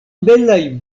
belaj